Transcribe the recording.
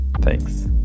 thanks